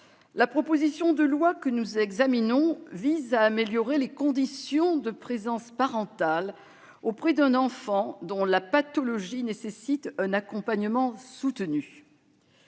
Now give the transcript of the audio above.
proposition de loi visant à améliorer les conditions de présence parentale auprès d'un enfant dont la pathologie nécessite un accompagnement soutenu.